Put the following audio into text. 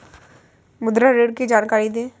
मुद्रा ऋण की जानकारी दें?